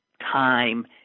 time